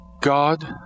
God